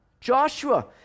joshua